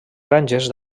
granges